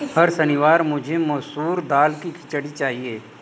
हर शनिवार मुझे मसूर दाल की खिचड़ी चाहिए